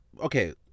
Okay